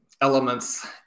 elements